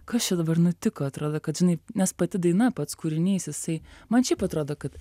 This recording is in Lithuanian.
kas čia dabar nutiko atrodo kad žinai nes pati daina pats kūrinys jisai man šiaip atrodo kad